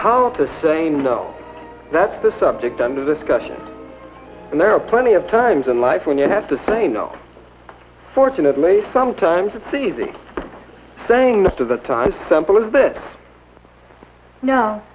how to say no that's the subject under discussion and there are plenty of times in life when you have to say no fortunately sometimes it's easy saying most of the time simple as that